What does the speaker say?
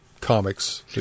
comics